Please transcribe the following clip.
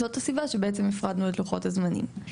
זאת הסיבה שעצם הפרדנו את לוחות הזמנים.